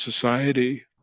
society